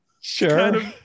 Sure